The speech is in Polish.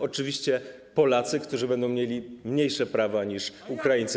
Oczywiście Polacy, którzy będą mieli mniejsze prawa niż Ukraińcy.